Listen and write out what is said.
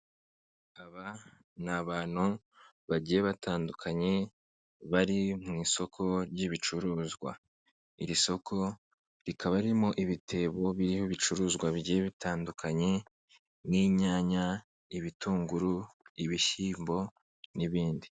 Aba ni abantu bagiye batandukanye bari mu isoko ry'ibicuruzwa, iri soko rikaba ririmo ibitebo birimo ibicuruzwa bigiye bitandukanye nk'inyanya, ibitunguru, ibishyimbo n'ibindi.